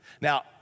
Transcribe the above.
Now